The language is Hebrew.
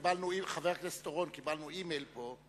חבר הכנסת אורון, קיבלנו אימייל פה,